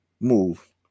move